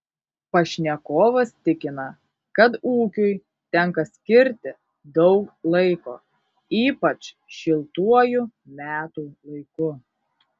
pašnekovas tikina kad ūkiui tenka skirti daug laiko ypač šiltuoju metų laiku